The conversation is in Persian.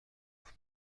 گفت